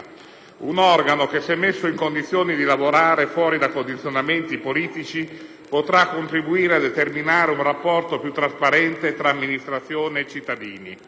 Un organo che, se messo in condizione di lavorare fuori da condizionamenti politici, potrà contribuire a determinare un rapporto più trasparente tra l'amministrazione e i cittadini.